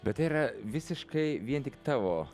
bet tai yra visiškai vien tik tavo